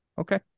Okay